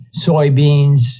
soybeans